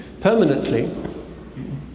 permanently